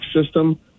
system